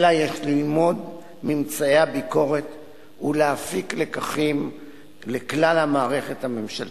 אלא יש ללמוד מממצאי הביקורת ולהפיק לקחים לכלל המערכת הממשלתית.